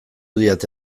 didate